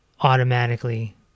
automatically